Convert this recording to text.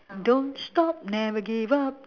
don't stop never give up